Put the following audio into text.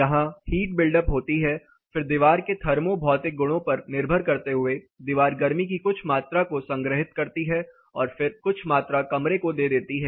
यहाँ heat buildup होती है फिर दीवार के थर्मो भौतिक गुणों पर निर्भर करते हुए दीवार गर्मी की कुछ मात्रा को संग्रहीत करती है और फिर कुछ मात्रा कमरे को दे देती है